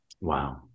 Wow